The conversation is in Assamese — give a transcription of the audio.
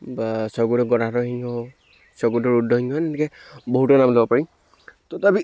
বা স্বৰ্গদেউ গদাধৰ সিংহ স্বৰ্গদেউ ৰুদ্ৰসিংহ তেনেকৈ বহুতৰ নাম ল'ব পাৰি তথাপি